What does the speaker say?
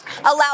allow